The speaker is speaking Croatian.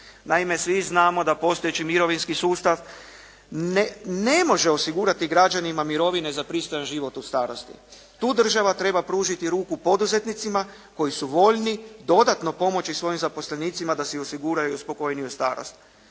Naime, svi znamo da postojeći mirovinski sustav ne može osigurati građanima mirovine za pristojan život u starosti. Tu država treba pružiti ruku poduzetnicima koji su voljni dodatno pomoći svojim zaposlenicima da si osiguraju spokojniju starost.